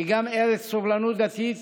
היא גם ארץ של סובלנות דתית